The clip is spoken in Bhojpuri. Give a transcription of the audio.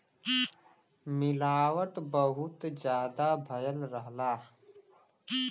मिलावट बहुत जादा भयल रहला